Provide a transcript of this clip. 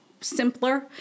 simpler